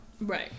Right